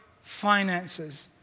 finances